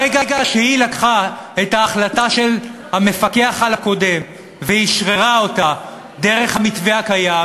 ברגע שהיא לקחה את ההחלטה של המפקח הקודם ואשררה אותה דרך המתווה הקיים,